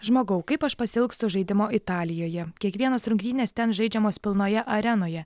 žmogau kaip aš pasiilgstu žaidimo italijoje kiekvienos rungtynės ten žaidžiamos pilnoje arenoje